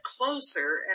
closer